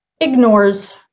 ignores